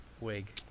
wig